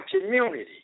community